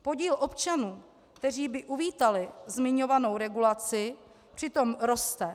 Podíl občanů, kteří by uvítali zmiňovanou regulaci, přitom roste.